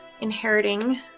inheriting